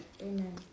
Amen